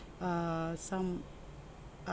err some